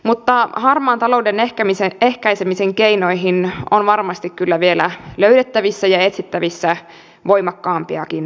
mutta harmaan talouden ehkäisemisen keinoihin on varmasti kyllä vielä löydettävissä ja etsittävissä voimakkaampiakin keinoja